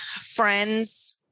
friends